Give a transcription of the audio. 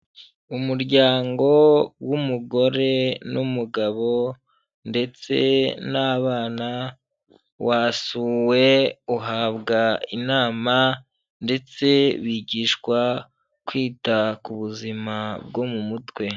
Umuryango w'umugore n'umugabo ndetse n'abana, wasuwe uhabwa inama ndetse bigishwa kwita ku buzima bwo mu mutwe.